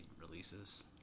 releases